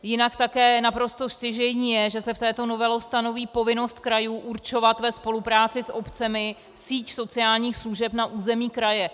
Jinak je také naprosto stěžejní, že se touto novelou stanoví povinnost krajů určovat ve spolupráci s obcemi síť sociálních služeb na území kraje.